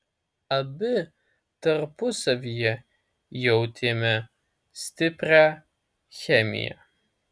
abi tarpusavyje jautėme stiprią chemiją